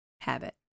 habit